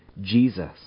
Jesus